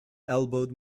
elbowed